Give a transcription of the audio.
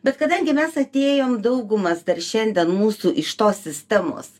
bet kadangi mes atėjom daugumas dar šiandien mūsų iš tos sistemos